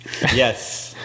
Yes